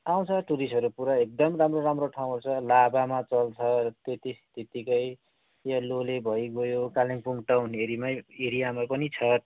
आउँछ टुरिस्टहरू पुरा एकदम राम्रो राम्रो ठाउँहरू छ लाभामा चल्छ त्यति त्यतिकै यो लोले भइगयो कालिम्पोङ टाउन एरिमै एरियामा पनि छ